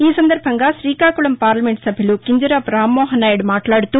ఈ సందర్బంగా శ్రీకాకుళం పార్లమెంట్ సభ్యులు కింజరాపు రామ్మోహన నాయుడు మాట్లాడుతూ